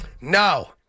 No